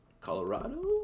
Colorado